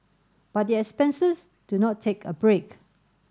but the expenses do not take a break